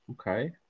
Okay